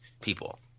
people